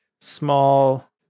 small